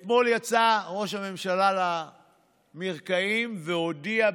אתמול יצא ראש הממשלה למרקעים והודיע בקולו,